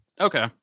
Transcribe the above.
okay